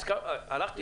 הלכת אתה.